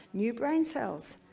new brain cells.